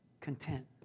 Content